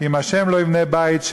"אם ה' לא יבנה בית,